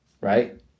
right